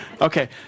Okay